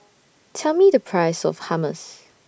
Tell Me The Price of Hummus